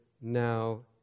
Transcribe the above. now